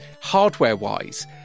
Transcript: hardware-wise